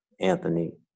Anthony